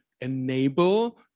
enable